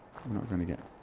not gonna get